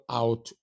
out